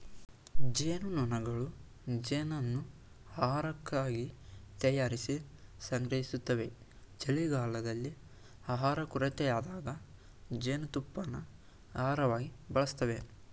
ಜೇನ್ನೊಣಗಳು ಜೇನನ್ನು ಆಹಾರಕ್ಕಾಗಿ ತಯಾರಿಸಿ ಸಂಗ್ರಹಿಸ್ತವೆ ಚಳಿಗಾಲದಲ್ಲಿ ಆಹಾರ ಕೊರತೆಯಾದಾಗ ಜೇನುತುಪ್ಪನ ಆಹಾರವಾಗಿ ಬಳಸ್ತವೆ